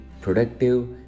productive